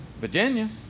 Virginia